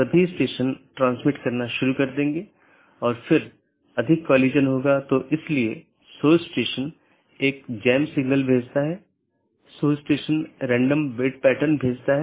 अंत में ऐसा करने के लिए आप देखते हैं कि यह केवल बाहरी नहीं है तो यह एक बार जब यह प्रवेश करता है तो यह नेटवर्क के साथ घूमता है और कुछ अन्य राउटरों पर जाता है